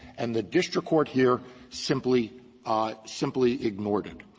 and the district courts here simply simply ignored it.